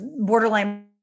borderline